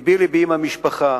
לבי לבי עם המשפחה,